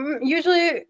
Usually